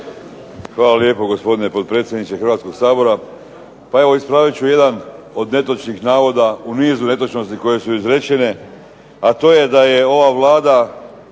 Hvala lijepo gospodine potpredsjedniče Hrvatskog sabora. Pa ispravit ću jedan od netočnih navoda u nizu netočnosti koje su izrečene, a to je da je ova Vlada